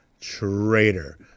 traitor